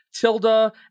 Tilda